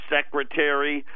Secretary